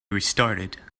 restarted